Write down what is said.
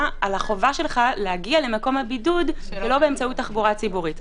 החובה שלך להגיע למקום הבידוד שלא באמצעות תחבורה ציבורית.